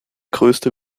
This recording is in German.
größte